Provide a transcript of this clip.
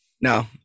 No